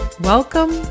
Welcome